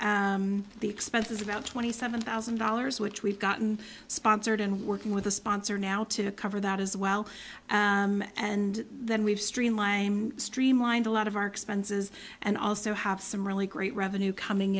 hoping the expense is about twenty seven thousand dollars which we've gotten sponsored and working with the sponsor now to cover that as well and then we've streamlined streamlined a lot of our expenses and also have some really great revenue coming